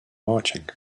marching